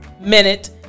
minute